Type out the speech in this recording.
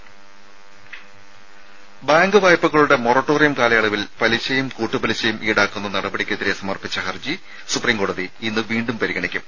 രുമ ബാങ്ക് വായ്പകളുടെ മൊറട്ടോറിയം കാലയളവിൽ പലിശയും കൂട്ടുപലിശയും ഇൌടാക്കുന്ന നടപടിക്കെതിരെ സമർപ്പിച്ച ഹർജി സുപ്രീംകോടതി ഇന്ന് വീണ്ടും പരിഗണിക്കും